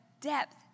depth